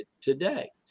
today